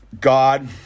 God